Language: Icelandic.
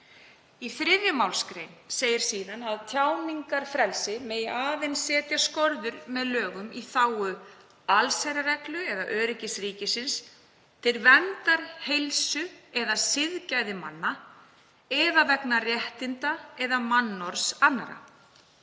Í 3. mgr. segir síðan að tjáningarfrelsi megi aðeins setja skorður með lögum í þágu allsherjarreglu eða öryggis ríkisins, til verndar heilsu eða siðgæði manna eða vegna réttinda eða mannorðs annarra,